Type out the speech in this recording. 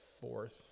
fourth